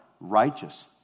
righteous